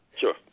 Sure